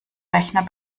rechner